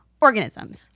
organisms